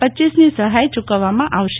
રપની સહાય યૂકવવામાં આવશે